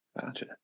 Gotcha